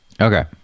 Okay